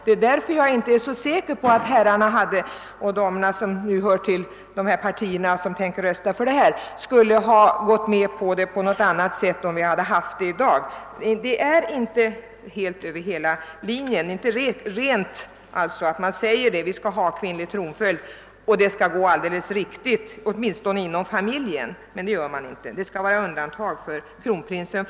Det är därför jag inte är helt säker på att de herrar och damer som tänker rösta för någon av reservationerna skulle ha haft samma uppfattning om att successionen i första led inte bör brytas, om vi i dag haft fler prinsar. Man säger inte att det verkligen skall vara kvinnlig tronföljd och gå alldeles riktigt till åtminstone inom familjen, utan det skall göras undantag för kronprinsen.